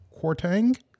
Quartang